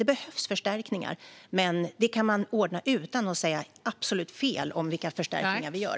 Det behövs förstärkningar, men det kan man ordna utan att säga absolut fel om vilka förstärkningar vi gör.